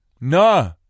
No